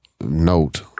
note